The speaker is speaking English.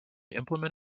implement